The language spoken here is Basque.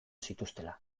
zituztela